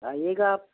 आइएगा आप